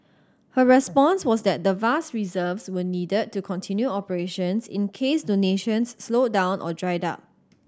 her response was that the vast reserves were needed to continue operations in case donations slowed down or dried up